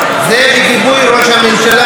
זה בגיבוי ראש הממשלה.